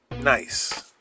nice